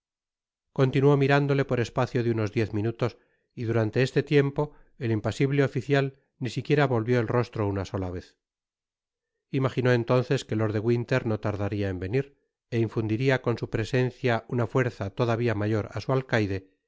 continuó mirándole por espacio de unos diez minutos y durante este tiempo et impasible oficial ni siquiera volvió el rostro una sola vez imaginó entonces que lord de winterno tardaria en venir é infundiria coa su presencia una fuerza todavia mayor á su alcaide